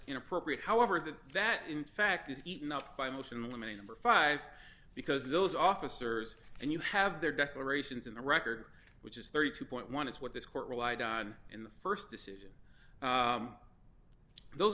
inappropriate however that that in fact is eaten up by a motion in limine number five because those officers and you have their declarations in the record which is thirty two point one is what this court relied on in the st decision those